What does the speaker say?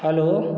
hello